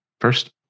first